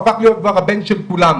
הוא הפך כבר להיות הבן של כולנו.